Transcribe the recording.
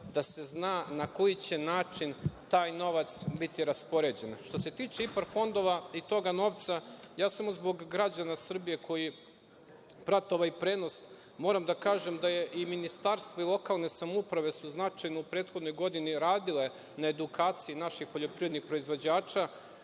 da se zna na koji će način taj novac biti raspoređen. Što se tiče IPARD fondova i toga novca, ja samo zbog građana Srbije koji prate ovaj prenos, moram da kažem da je i ministarstvo i lokalne samouprave su značajno u prethodnoj godini radile na edukaciji naših poljoprivrednih proizvođača,